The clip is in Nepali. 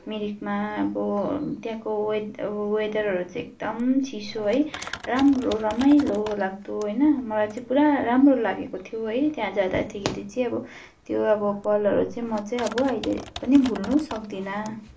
मिरिकमा अब त्यहाँको वेद वेदरहरू चाहिँ एकदम चिसो है राम्रो रमाइलो लाग्दो होइन मलाई चाहिँ पुरा राम्रो लागेको थियो है त्यहाँ जाँदाखेरि चाहिँ अब त्यो अब पलहरूको चाहिँ म चाहिँ अब अहिले पनि भुल्नु सक्दिनँ